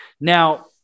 Now